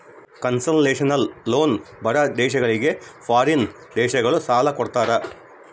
concessional loan ಬಡ ದೇಶಗಳಿಗೆ foreign ದೇಶಗಳು ಸಾಲ ಕೊಡ್ತಾರ